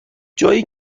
جایی